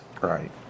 Right